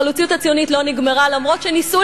החלוציות הציונית לא נגמרה אף שניסו